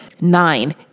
Nine